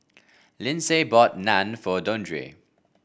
Lindsay bought Naan for Dondre